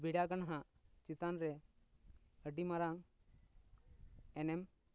ᱵᱮᱲᱟ ᱜᱟᱱᱦᱟᱜ ᱪᱮᱛᱟᱱ ᱨᱮ ᱟᱹᱰᱤ ᱢᱟᱨᱟᱝ ᱮᱱᱮᱢ